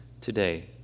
today